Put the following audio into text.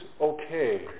okay